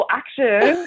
action